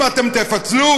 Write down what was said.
אם אתם תפצלו,